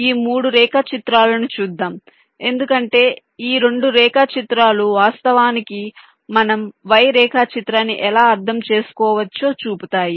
ఈ 2 రేఖాచిత్రాలను చూద్దాం ఎందుకంటే ఈ 2 రేఖాచిత్రాలు వాస్తవానికి మేము Y రేఖాచిత్రాన్ని ఎలా అర్థం చేసుకోవచ్చో చూపుతాయి